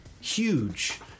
huge